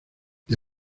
the